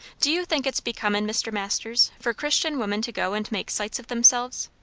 do you think it's becomin', mr. masters, for christian women to go and make sights of themselves?